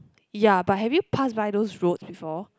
ya but have you passed by those roads before